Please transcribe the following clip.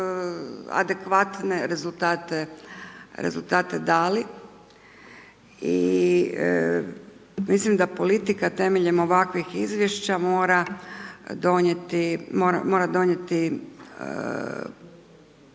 adekvatne rezultate dali. I mislim da politika temeljem ovakvih izvješća mora donijeti